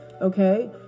okay